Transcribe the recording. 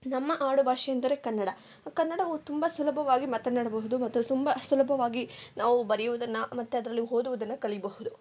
ನಮ್ಮ ಆಡುಭಾಷೆ ಎಂದರೆ ಕನ್ನಡ ಕನ್ನಡವು ತುಂಬ ಸುಲಭವಾಗಿ ಮಾತನಾಡಬಹುದು ಮತ್ತು ತುಂಬ ಸುಲಭವಾಗಿ ನಾವು ಬರಿಯುವುದನ್ನು ಮತ್ತೆ ಅದನ್ನು ಓದುವುದನ್ನ ಕಲಿಯಬಹುದು